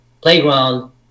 playground